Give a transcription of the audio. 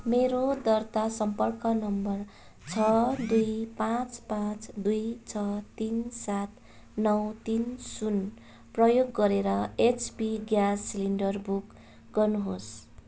मेरो दर्ता सम्पर्क नम्बर छ दुई पाँच पाँच दुई छ तिन सात नौ तिन शून्य प्रयोग गरेर एचपी ग्यास सिलिन्डर बुक गर्नुहोस्